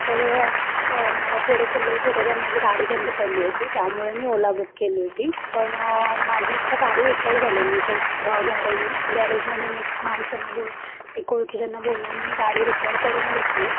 तर आत्ता मला थोडंसं लेट होत होतं आणि माझी गाडी बंद पडली होती त्यामुळे मी ओला बुक केली होती पण माझी आत्ता गाडी रिपेअर झाली आहे मी जस्ट गॅरेज गॅरेजमधून एक माणसांना बोलू एक ओळखीच्यांना बोलवून मी गाडी रिपेअर करून घेतली आहे